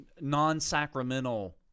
Non-sacramental